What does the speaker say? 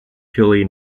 purely